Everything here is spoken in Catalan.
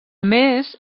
més